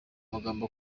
magambo